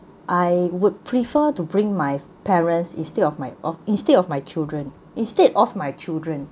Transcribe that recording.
I would prefer to bring my parents instead of my of instead of my children instead of my children